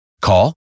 Call